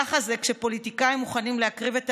ככה זה כשפוליטיקאים מוכנים להקריב את